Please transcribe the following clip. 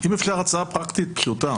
אם אפשר, הצעה פרקטית פשוטה.